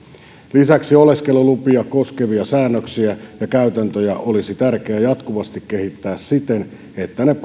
lisäksi oleskelulupia koskevia säännöksiä ja käytäntöjä olisi tärkeää jatkuvasti kehittää siten että ne